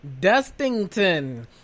dustington